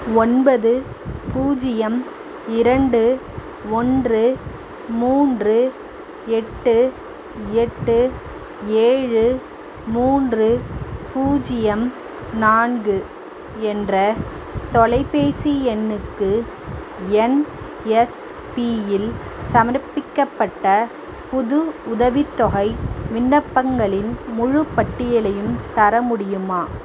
ஒன்பது பூஜ்யம் இரண்டு ஒன்று மூன்று எட்டு எட்டு ஏழு மூன்று பூஜ்யம் நான்கு என்ற தொலைபேசி எண்ணுக்கு என்எஸ்பியில் சமர்ப்பிக்கப்பட்ட புது உதவித்தொகை விண்ணப்பங்களின் முழுப் பட்டியலையும் தர முடியுமா